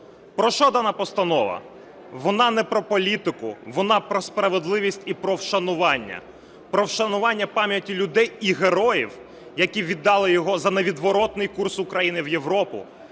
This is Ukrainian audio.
Про що дана постанова? Вона не про політику, вона про справедливість і вшанування, про вшанування пам'яті людей і героїв, які віддали його за невідворотний курс України в Європу,